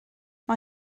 mae